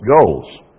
goals